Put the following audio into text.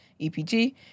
EPG